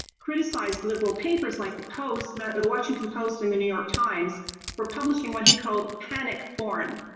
criticized liberal papers like the post not a washington post in the new york times for publishing when he called panic porn.